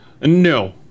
No